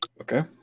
Okay